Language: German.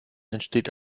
entsteht